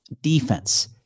defense